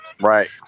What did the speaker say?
Right